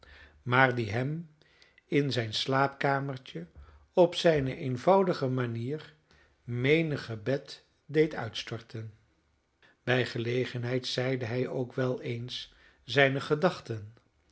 maar die hem in zijn slaapkamertje op zijne eenvoudige manier menig gebed deed uitstorten bij gelegenheid zeide hij ook wel eens zijne gedachten